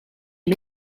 les